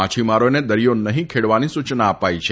માછીમારોને દરિયો નહીં ખેડવાની સૂયના અપાઈ છે